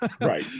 Right